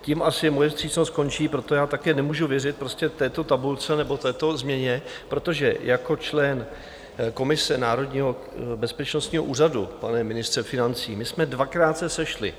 Tím asi moje vstřícnost končí, proto já také nemůžu věřit této tabulce nebo této změně, protože jako člen komise Národního bezpečnostního úřadu, pane ministře financí, my jsme se dvakrát sešli.